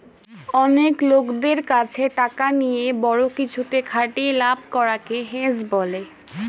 অনেক লোকদের কাছে টাকা নিয়ে বড়ো কিছুতে খাটিয়ে লাভ করা কে হেজ বলে